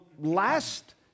Last